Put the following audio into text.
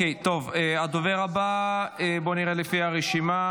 טוב, הדובר הבא, בוא נראה לפי הרשימה.